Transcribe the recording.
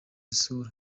asura